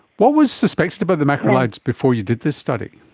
what was suspected about the macrolides before you did this study?